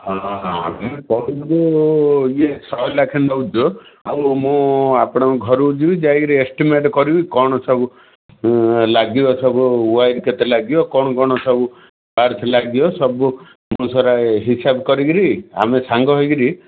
ହଁ ଆମେ କହୁୁଛୁ ଇଏ ଶହେ ଲକ୍ଷ ନଉଛୁ ଆଉ ମୁଁ ଆପଣଙ୍କ ଘରକୁ ଯିବି ଯାଇକିରି ଏଷ୍ଟିମେଟ୍ କରିବି କ'ଣ ସବୁ ଲାଗିବ ସବୁ ୱାୟାର କେତେ ଲାଗିବ କ'ଣ କ'ଣ ସବୁ ପର୍ଟ୍ସ ଲାଗିବ ସବୁ ମୁଁ ସେଗୁଡ଼ା ହିସାବ କରିକିରି ଆମେ ସାଙ୍ଗ ହେଇକିରି